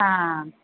ਹਾਂ